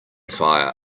fire